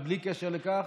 ובלי קשר לכך,